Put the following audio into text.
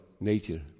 nature